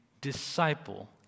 disciple